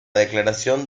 declaración